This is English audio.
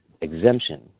exemption